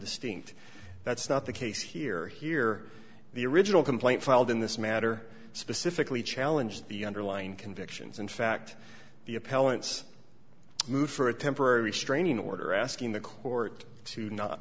distinct that's not the case here here the original complaint filed in this matter specifically challenge the underlying convictions and fact the appeal and it's moved for a temporary restraining order asking the court to not